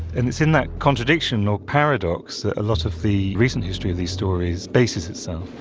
and it's in that contradiction or paradox that a lot of the recent history of these stories bases itself.